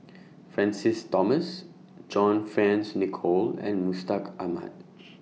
Francis Thomas John Fearns Nicoll and Mustaq Ahmad